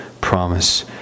promise